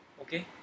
Okay